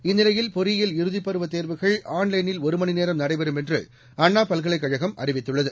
இந்நிலையில் பொறியியல் இறுதி பருவத் தேர்வுகள் ஆன்லைனில் ஒரு மணிநேரம் நடைபெறும் என்று அண்ணா பல்கலைக் கழகம் அறிவித்துள்ளது